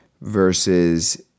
versus